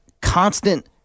constant